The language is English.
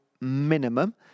minimum